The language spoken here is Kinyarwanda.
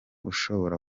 ushobora